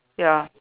ya